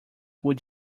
would